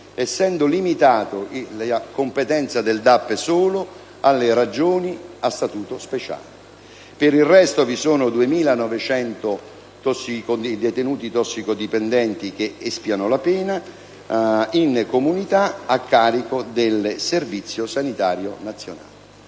essendo limitata la sua competenza solo alle Regioni a statuto speciale. Per il resto vi sono 2.900 detenuti tossicodipendenti che espiano la pena in comunità a carico del Servizio sanitario nazionale.